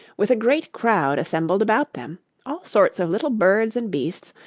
with a great crowd assembled about them all sorts of little birds and beasts,